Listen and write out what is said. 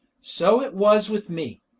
so it was with me.